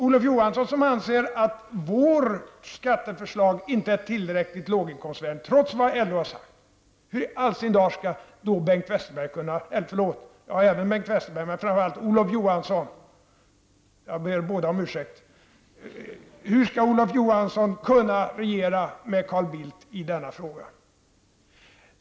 Olof Johansson anser ju att vårt skatteförslag inte är tillräckligt låginkomsttagarvänligt, trots vad LO har sagt. Hur i all sin dar skall då Bengt Westerberg -- åh, förlåt, ja, frågan gäller även Bengt Westerberg, men framför allt Olof Johansson; jag ber båda om ursäkt! -- kunna regera med Carl Bildt i denna fråga?